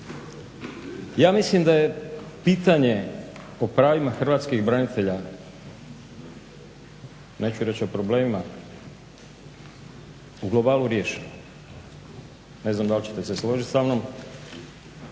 Ja mislim da je pitanje o pravima hrvatskih branitelja, neću reći o problemima, u globalu riješeno. Ne znam da li ćete se složiti sa mnom,